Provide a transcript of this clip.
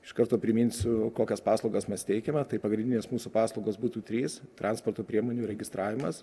iš karto priminsiu kokias paslaugas mes teikiame tai pagrindinės mūsų paslaugos būtų trys transporto priemonių registravimas